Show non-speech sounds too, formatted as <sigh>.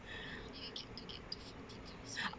<breath> <breath>